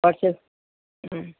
আচ্ছা হুম